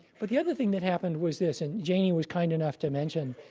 but the other thing that happened was this. and janie was kind enough to mention,